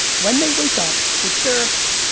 when they wake up, which they're